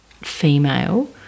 female